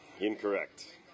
Incorrect